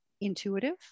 intuitive